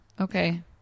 Okay